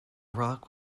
rock